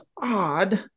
odd